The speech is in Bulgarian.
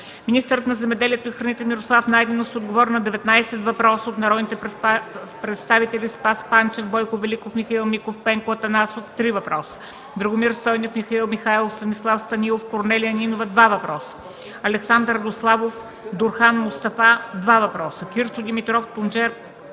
Министърът на земеделието и храните Мирослав Найденов ще отговори на 19 въпроса от народните представители Спас Панчев, Бойко Великов, Михаил Миков, Пенко Атанасов (три въпроса), Драгомир Стойнев, Михаил Михайлов, Станислав Станилов, Корнелия Нинова (два въпроса), Александър Радославов, Дурхан Мустафа (два въпроса), Кирчо Димитров, Тунчер